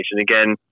Again